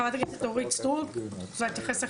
חברת הכנסת אורית סטרוק, בבקשה.